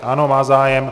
Ano, má zájem.